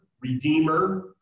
Redeemer